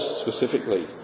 specifically